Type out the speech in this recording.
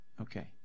Okay